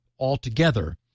altogether